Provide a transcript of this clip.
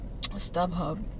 StubHub